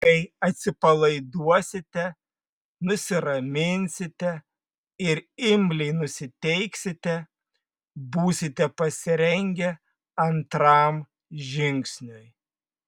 kai atsipalaiduosite nusiraminsite ir imliai nusiteiksite būsite pasirengę antram žingsniui